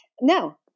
no